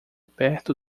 perto